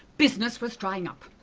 business was drying up,